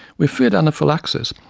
we feared anaphylaxis,